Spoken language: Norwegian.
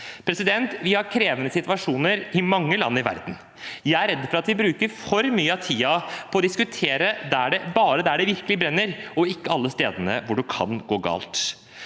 på i dag. Vi har krevende situasjoner i mange land i verden. Jeg er redd for at vi bruker for mye av tiden på å diskutere bare der det virkelig brenner, og ikke alle stedene hvor det kan gå galt.